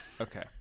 Okay